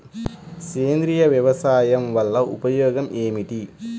సేంద్రీయ వ్యవసాయం వల్ల ఉపయోగం ఏమిటి?